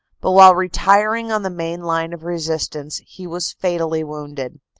but while retiring on the main line of resistance he was fatally wounded.